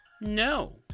no